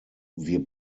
wir